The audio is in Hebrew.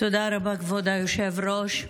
תודה רבה, כבוד היושב-ראש.